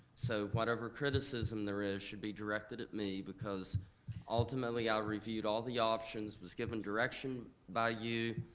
so whatever criticism there is should be directed at me because ultimately, i reviewed all the options, was given direction by you,